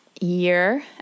year